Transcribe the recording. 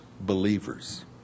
believers